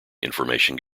information